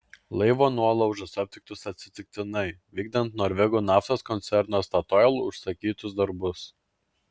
laivo nuolaužos aptiktos atsitiktinai vykdant norvegų naftos koncerno statoil užsakytus darbus